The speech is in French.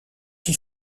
qui